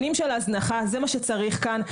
שנים של הזנחה, זה מה שצריך כאן.